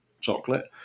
chocolate